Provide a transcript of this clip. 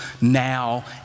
now